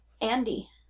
Andy